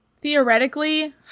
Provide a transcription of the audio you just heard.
Theoretically